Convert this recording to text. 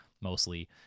mostly